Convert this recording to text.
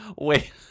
Wait